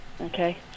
Okay